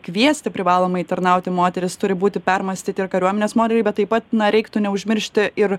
kviesti privalomai tarnauti moteris turi būti permąstyti ir kariuomenės modeliai bet taip pat na reiktų neužmiršti ir